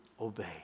obey